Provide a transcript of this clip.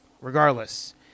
regardless